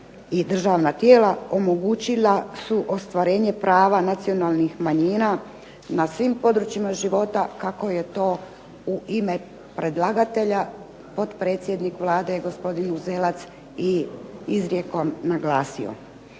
državna tijela omogućila su ostvarenje prava nacionalnih manjina na svim područjima života kako je to u ime predlagatelja potpredsjednik Vlade gospodin Uzelac i izrijekom naglasio.